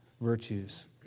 virtues